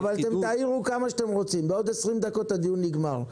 תעירו כמה שאתם רוצים, בעוד 20 דקות הדיון נגמר.